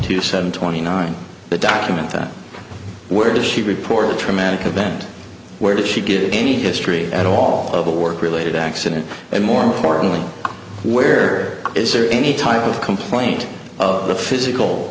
two seven twenty nine the document that where does she reported a traumatic event where did she give any history at all of a work related accident and more importantly where is there any type of complaint of a physical